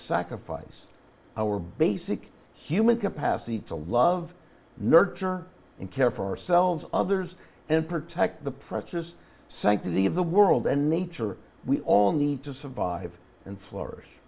sacrifice our basic human capacity to love nurture and care for ourselves others and protect the precious sanctity of the world and nature we all need to survive and flour